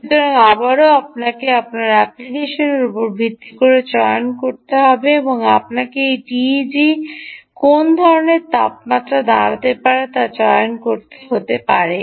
সুতরাং আবারও আপনাকে আপনার অ্যাপ্লিকেশনটির উপর ভিত্তি করে চয়ন করতে হবে আপনাকে এই টিইজি কোন ধরণের তাপমাত্রা দাঁড়াতে পারে তা চয়ন করতে হতে পারে